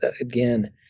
again